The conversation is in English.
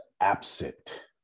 absent